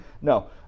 no